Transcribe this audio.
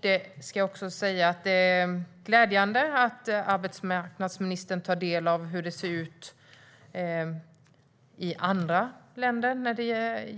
Det är glädjande att arbetsmarknadsministern tar del av hur det ser ut i andra länder vad